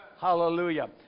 Hallelujah